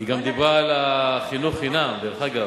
היא גם דיברה על החינוך חינם, דרך אגב,